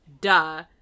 duh